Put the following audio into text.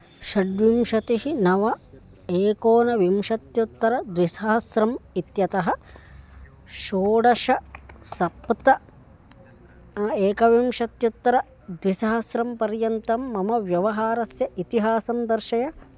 षड्विंशतिः नव एकोनविंशत्युत्तरद्विसहस्रम् इत्यतः षोडश सप्त एकविंशत्युत्तरद्विसहस्रं पर्यन्तं मम व्यवहारस्य इतिहासं दर्शय